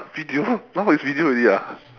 video now is video already ah